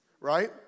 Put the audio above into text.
right